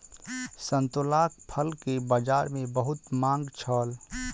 संतोलाक फल के बजार में बहुत मांग छल